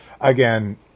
again